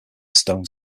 stone